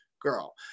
girl